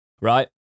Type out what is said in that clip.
right